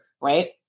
Right